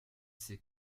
c’est